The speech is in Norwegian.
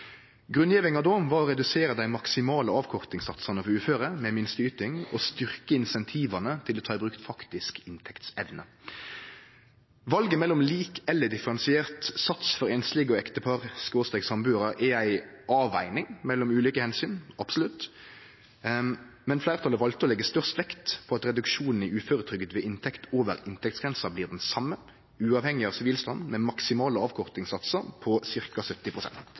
Grunngjevinga då var å redusere de maksimale avkortingssatsane for uføre med minsteyting og å styrkje insentiva til å ta i bruk faktisk inntektsevne. Valet mellom lik eller differensiert sats for einslege og ektepar/sambuarar er ei avveging mellom ulike omsyn – absolutt – men fleirtalet valte å leggje størst vekt på at reduksjonen i uføretrygda ved inntekt over inntektsgrensa blir den same, uavhengig av sivilstand, med maksimale avkortingssatsar på